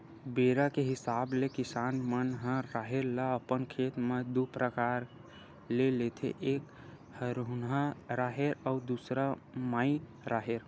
बेरा के हिसाब ले किसान मन ह राहेर ल अपन खेत म दू परकार ले लेथे एक हरहुना राहेर अउ दूसर माई राहेर